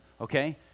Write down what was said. okay